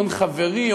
הון חברי,